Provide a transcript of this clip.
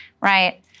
right